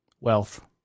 wealth